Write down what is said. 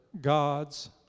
God's